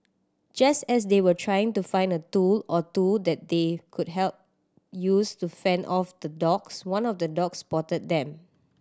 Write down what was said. just as they were trying to find a tool or two that they could help use to fend off the dogs one of the dogs spotted them